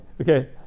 Okay